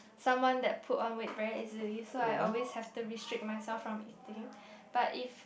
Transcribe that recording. someone that put on weight very easily so I always have to restrict myself from eating but if